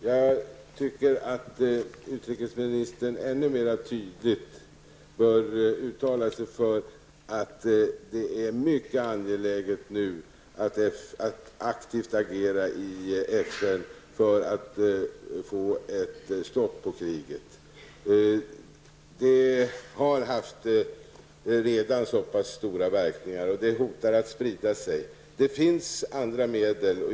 Herr talman! Jag tycker att utrikesministern ännu mera tydligt bör uttala sig för att det är mycket angeläget att nu aktivt agera i FN för att få ett stopp på kriget. Det har redan haft så pass stora verkningar, och det hotar att sprida sig. Det finns andra medel.